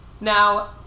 now